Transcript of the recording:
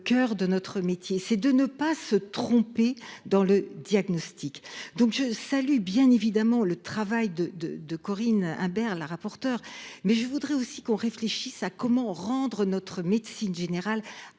coeur de notre métier, c'est de ne pas se tromper dans le diagnostic, donc je salue bien évidemment le travail de de de Corinne Imbert la rapporteure. Mais je voudrais aussi qu'on réfléchisse à comment rendre notre médecine générale